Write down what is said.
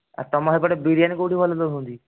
ଆଉ ତୁମ ସେପଟେ ବିରିୟାନି କେଉଁଠି ଭଲ ଦେଉଛନ୍ତି